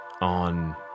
on